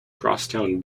crosstown